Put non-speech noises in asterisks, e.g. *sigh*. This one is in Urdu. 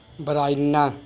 *unintelligible*